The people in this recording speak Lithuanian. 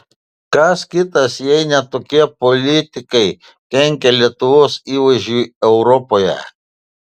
kas kitas jei ne tokie politikai kenkia lietuvos įvaizdžiui europoje